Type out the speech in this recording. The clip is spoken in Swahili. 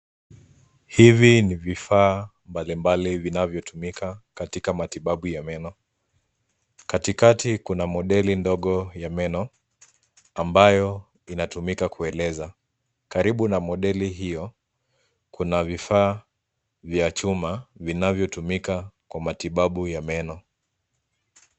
Hivi ni vifaa mbalimbali vinavyotumika katika matibabu ya meno katikati kuna modeli ndogo ya meno ambayo inatumika kueleza karibu na modeli hio kuna vifaa vya chima vinavyotumika kwa matibabu ya meno.